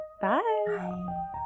Bye